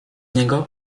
niego